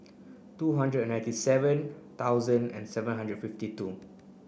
two hundred and ninety seven thousand and seven hundred fifty two